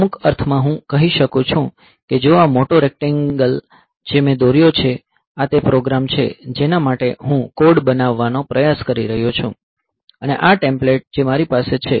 અમુક અર્થમાં હું કહી શકું છું કે જો આ મોટો રેક્ટેન્ગલ જે મેં દોર્યો છે આ તે પ્રોગ્રામ છે જેના માટે હું કોડ બનાવવાનો પ્રયાસ કરી રહ્યો છું અને આ ટેમ્પલેટ જે મારી પાસે છે